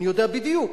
אני יודע בדיוק.